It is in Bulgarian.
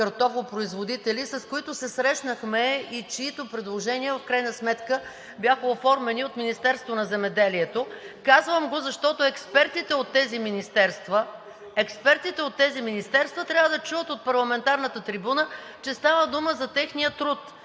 картофопроизводители“, с които се срещнахме и чиито предложения в крайна сметка, бяха оформени от Министерството на земеделието. Казвам го, защото експертите от тези министерства трябва да чуят от парламентарната трибуна, че става дума за техния труд.